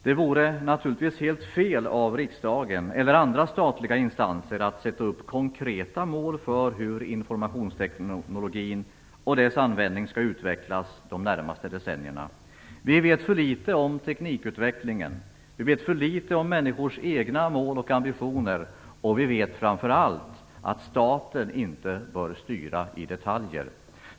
Det vore naturligtvis helt fel av riksdagen eller andra statliga instanser att sätta upp konkreta mål för hur informationstekniken och dess användning skall utvecklas de närmaste decennierna. Vi vet för litet om teknikutvecklingen, vi vet för litet om människors egna mål och ambitioner och vi vet framför allt att staten inte bör styra i detaljer.